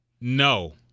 No